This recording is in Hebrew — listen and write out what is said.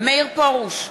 מאיר פרוש,